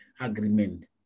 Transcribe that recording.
agreement